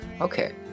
Okay